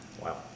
wow